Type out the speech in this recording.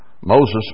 Moses